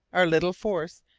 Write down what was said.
our little force,